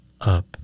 up